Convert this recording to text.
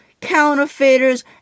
counterfeiters